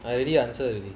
I already answer already